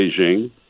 Beijing